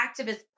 activists